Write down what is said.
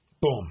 Boom